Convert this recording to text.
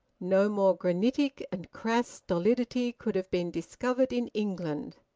no more granitic and crass stolidity could have been discovered in england.